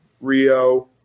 Rio